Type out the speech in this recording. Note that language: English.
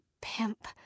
pimp